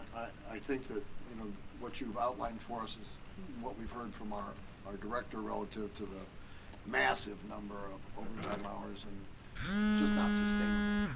i think that you know what you've outlined for us is what we've heard from our our director relative to the massive number of overtime hours. and it's just not sustainable.